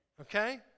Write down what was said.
Okay